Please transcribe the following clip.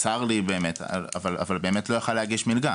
צר לי באמת, אבל באמת לא יכול להגיש מלגה.